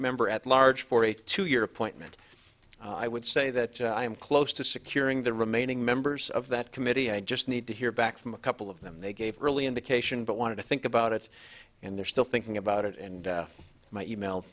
member at large for a two year appointment i would say that i am close to securing the remaining members of that committee i just need to hear back from a couple of them they gave early indication but wanted to think about it and they're still thinking about it and my email